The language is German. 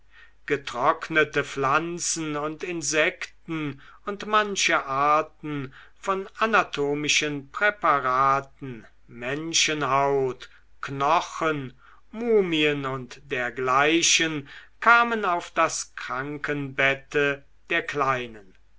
getrocknete pflanzen und insekten und manche arten von anatomischen präparaten menschenhaut knochen mumien und dergleichen kamen auf das krankenbette der kleinen